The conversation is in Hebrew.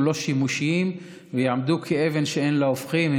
לא שימושיים ויעמדו כאבן שאין לה הופכין,